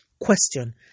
Question